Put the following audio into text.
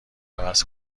عوض